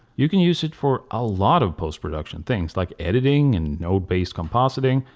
you can use it for a lot of post production things like editing and node based compositing,